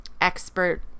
expert